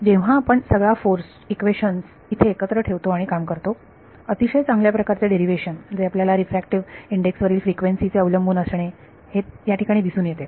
तर जेव्हा आपण सगळा फोर्स इक्वेशन्स इथे एकत्र ठेवतो आणि काम करतो अतिशय चांगल्या प्रकारचे डेरीव्हेशन जे आपल्याला रिफ्रॅक्टिव्ह इंडेक्स वरील फ्रिक्वेन्सी चे अवलंबून असणे हे याठिकाणी दिसून येते